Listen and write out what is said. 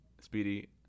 Speedy